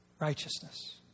righteousness